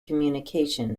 communication